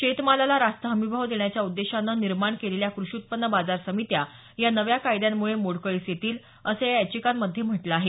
शेतमालाला रास्त हमीभाव देण्याच्या उद्देशानं निर्माण केलेल्या कृषी उत्पन्न बाजार समित्या या नव्या कायद्यांमुळे मोडकळीस येतील असं या याचिकांमध्ये म्हटलं आहे